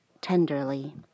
tenderly